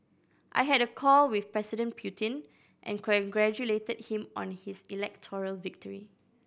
I had a call with President Putin and congratulated him on his electoral victory